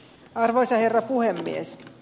arvoisa herra puhemies